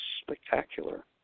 spectacular